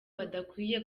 badakwiye